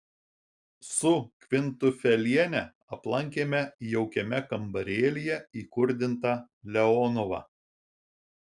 su kvintufeliene aplankėme jaukiame kambarėlyje įkurdintą leonovą